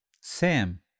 Sam